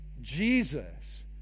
Jesus